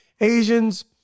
Asians